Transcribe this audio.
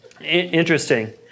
Interesting